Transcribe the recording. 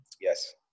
Yes